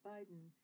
Biden